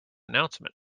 announcement